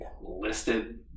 listed